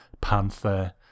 panther